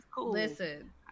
listen